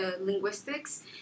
linguistics